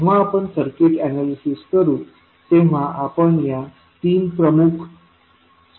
जेव्हा आपण circuit analysis करू तेव्हा आपण या तीन प्रमुख स्टेप्सचे अनुसरण करूया